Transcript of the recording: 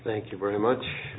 thank you very much